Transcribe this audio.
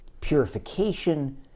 purification